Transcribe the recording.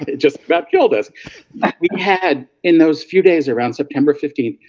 just about killed us we've had in those few days around september fifteen.